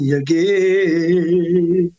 again